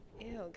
Ew